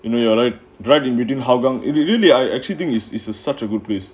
you know you're right dragged in between hougang it didn't really I actually think it's it's such a good place